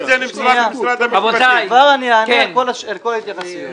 אני אענה לכל ההתייחסויות.